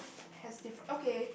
has diff~ okay